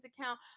account